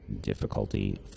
Difficulty